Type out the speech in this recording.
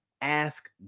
Ask